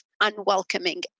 unwelcoming